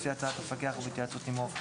לפי הצעת המפקח או בהתייעצות עמו,